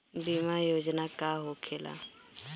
बीमा योजना का होखे ला?